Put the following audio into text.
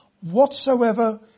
whatsoever